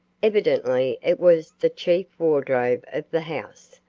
evidently it was the chief wardrobe of the house,